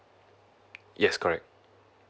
yes correct